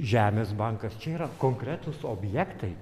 žemės bankas čia yra konkretūs objektai